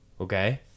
okay